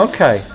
Okay